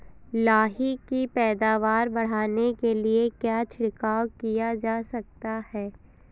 लाही की पैदावार बढ़ाने के लिए क्या छिड़काव किया जा सकता है?